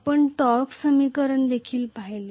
आपण टॉर्क समीकरण देखील सांगितले